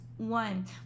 One